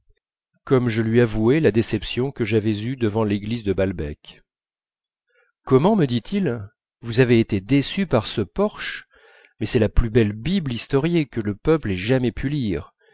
comme je lui avouais la déception que j'avais eue devant l'église de balbec comment me dit-il vous avez été déçu par ce porche mais c'est la plus belle bible historiée que le peuple ait jamais pu lire